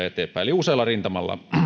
eteenpäin eli usealla rintamalla